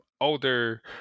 older